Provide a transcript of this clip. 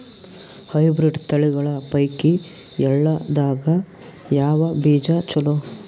Hybrid ತಳಿಗಳ ಪೈಕಿ ಎಳ್ಳ ದಾಗ ಯಾವ ಬೀಜ ಚಲೋ?